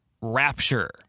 rapture